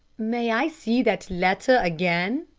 may i see that letter again?